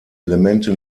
elemente